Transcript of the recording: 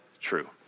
true